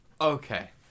Okay